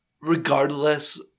regardless